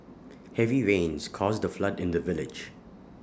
heavy rains caused A flood in the village